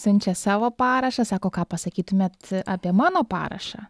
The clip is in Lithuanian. siunčia savo parašą sako ką pasakytumėt apie mano parašą